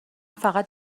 فقط